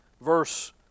Verse